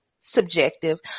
subjective